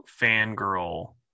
fangirl